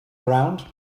around